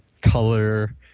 Color